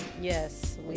Yes